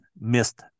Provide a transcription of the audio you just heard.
missed